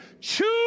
choose